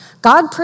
God